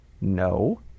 No